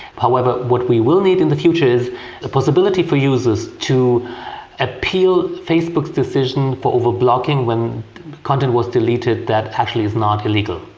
however, what we will need in the future is the possibility for users to appeal facebook's decision for over-blocking when content was deleted that actually is not illegal.